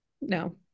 no